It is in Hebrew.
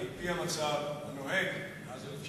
על-פי המצב הנוהג מאז 1967,